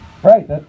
Right